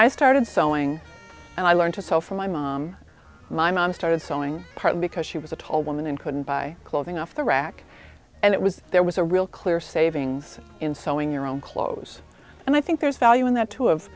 i started sewing and i learned to sew for my mom my mom started sewing part because she was a tall woman and couldn't buy clothing off the rack and it was there was a real clear savings in sewing your own clothes and i think there's value in that too of